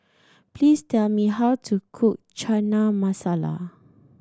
please tell me how to cook Chana Masala